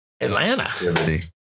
Atlanta